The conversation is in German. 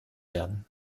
werden